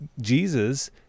Jesus